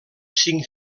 cinc